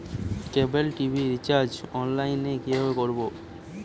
কেবল TV recharge online এ কিভাবে করব?